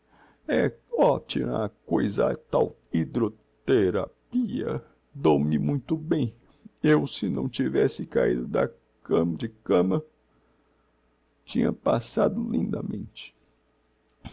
é optima coisa a tal hy dro the rapia dou-me muito bem eu se não tivesse caído de cama tinha passado lindamente